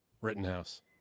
Rittenhouse